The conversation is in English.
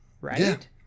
right